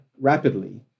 rapidly